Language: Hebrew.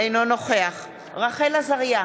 אינו נוכח רחל עזריה,